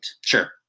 Sure